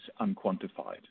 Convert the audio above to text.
unquantified